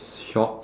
shorts